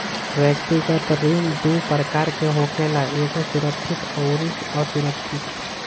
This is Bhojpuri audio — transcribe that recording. व्यक्तिगत ऋण दू प्रकार के होखेला एगो सुरक्षित अउरी असुरक्षित